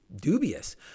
dubious